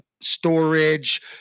storage